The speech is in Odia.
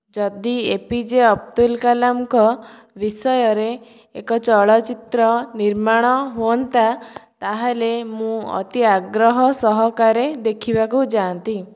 ଯଦି ଏପିଜେ ଅବଦୁଲ କାଲାମଙ୍କ ବିଷୟରେ ଏକ ଚଳଚିତ୍ର ନିର୍ମାଣ ହୁଅନ୍ତା ତା'ହେଲେ ମୁଁ ଅତି ଆଗ୍ରହ ସହକାରେ ଦେଖିବାକୁ ଯାଆନ୍ତି